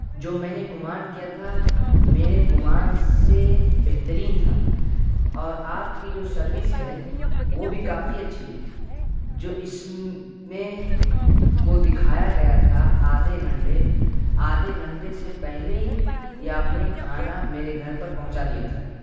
جو میں نے گمان کیا تھا میرے گمان سے بہترین تھا اور آپ کی جو سروس ہے وہ بھی کافی اچھی ہے جو اس میں وہ دکھایا گیا تھا آدھے گھنٹے آدھے گھنٹے سے پہلے یہ آپ نے کھانا میرے گھر پر پہنچا دیا تھا